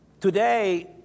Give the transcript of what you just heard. Today